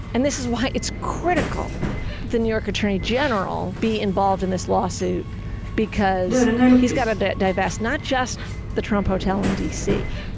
and this is why it's critical that the new york attorney general be involved in this lawsuit because he's gotta divest not just the trump hotel in dc,